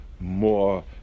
more